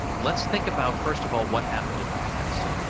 let's think about, first of all, what happened in the past.